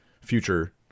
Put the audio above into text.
future